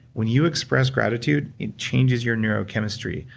when you express gratitude, it changes your neurochemistry,